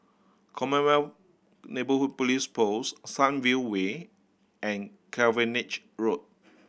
Commonwealth Neighbourhood Police Post Sunview Way and Cavenagh Road